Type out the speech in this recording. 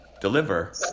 deliver